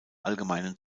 allgemeinen